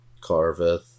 Carveth